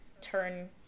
turn